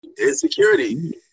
Insecurity